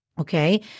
okay